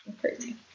crazy